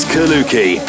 Kaluki